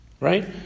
right